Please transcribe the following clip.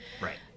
Right